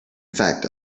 effect